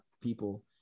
people